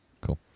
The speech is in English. cool